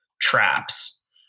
traps